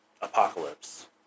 Apocalypse